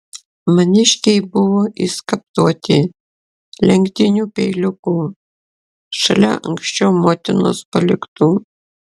maniškiai buvo išskaptuoti lenktiniu peiliuku šalia anksčiau motinos paliktų